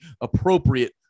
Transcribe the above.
appropriate